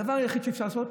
הדבר היחיד שאפשר לעשות,